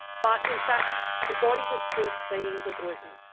but in fact the body was still seeing the gluten.